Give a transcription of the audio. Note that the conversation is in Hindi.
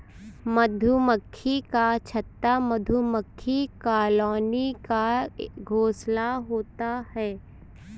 मधुमक्खी का छत्ता मधुमक्खी कॉलोनी का घोंसला होता है